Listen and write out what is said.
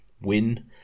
win